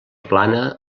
plana